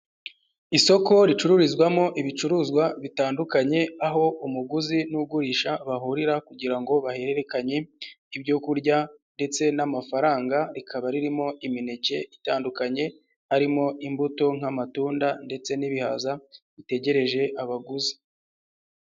Isoko ricururizwamo ibicuruzwa bitandukanye, aho umuguzi n'ugurisha bahurira kugira ngo bahererekanye ibyo kurya ndetse n'amafaranga rikaba ririmo imineke itandukanye, harimo imbuto nk'amatunda ndetse n'ibihaza bitegereje abaguzi.